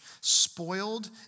spoiled